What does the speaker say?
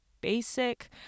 basic